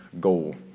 goal